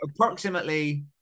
approximately